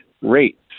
rate